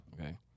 Okay